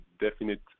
definite